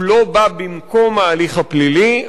הוא לא בא במקום ההליך הפלילי,